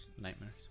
Nightmares